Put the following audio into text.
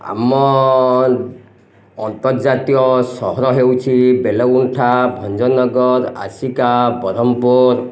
ଆମ ଅନ୍ତର୍ଜାତୀୟ ସହର ହେଉଛି ବେଲଗୁଣ୍ଠା ଭଞ୍ଜନଗର ଆସିକା ବରହମପୁର